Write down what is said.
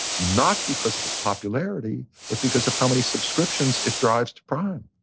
not because of its popularity, but because of how many subscriptions it drives to prime.